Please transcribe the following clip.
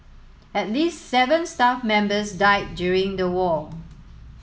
at least seven staff members died during the war